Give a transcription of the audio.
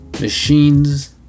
machines